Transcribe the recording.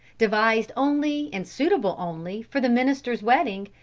devised only and suitable only for the minister's wedding,